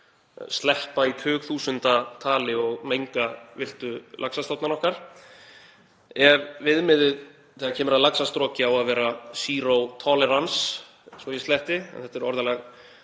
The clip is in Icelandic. sleppa í tugþúsundatali og menga villtu laxastofnana okkar. Ef viðmiðið þegar kemur að laxastroki á að vera „zero tolerance“, svo ég sletti, en þetta er orðalag